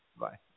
Bye